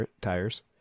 tires